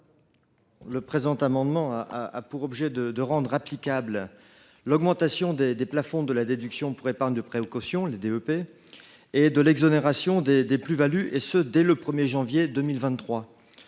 Cet amendement a donc pour objet de rendre applicable l’augmentation des plafonds de la déduction pour épargne de précaution (DEP) et de l’exonération des plus values dès le 1 janvier 2023.